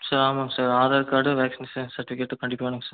sir ஆமாங்க sir Aadhaar card ration card certificate கண்டிப்பாக வேணுங்க சார்